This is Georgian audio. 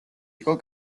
იყო